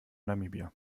namibia